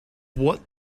what